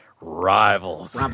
rivals